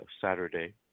Saturday